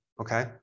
okay